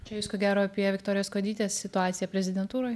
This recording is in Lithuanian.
čia jūs ko gero apie viktorijos kuodytės situaciją prezidentūroj